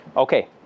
Okay